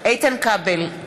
איתן כבל,